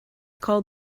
called